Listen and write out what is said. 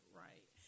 right